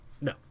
No